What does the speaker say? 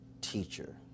teacher